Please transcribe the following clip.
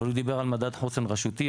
הוא דיבר על מדד חוסן רשותי,